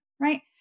right